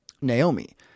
Naomi